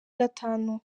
gatanu